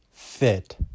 fit